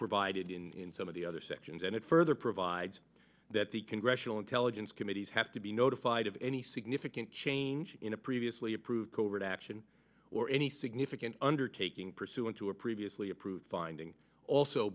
provided in some of the other sections and it further provides that the congressional intelligence committees have to be notified of any significant change in a previously approved covert action or any significant undertaking pursuant to a previously approved finding also